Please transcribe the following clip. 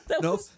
Nope